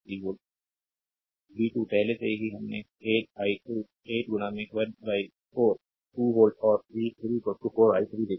we 2 पहले से ही हमने 8 i2 8 14 2 वोल्ट और v 3 4 i3 देखा है